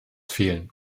fehlen